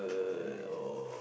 yes